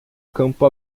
campo